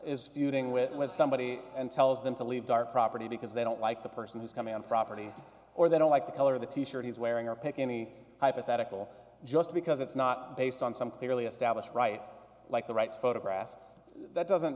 with with somebody and tells them to leave dark property because they don't like the person who's coming on property or they don't like the color of the t shirt he's wearing or pick any hypothetical just because it's not based on something really established right like the right photograph that doesn't